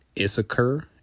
issachar